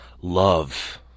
love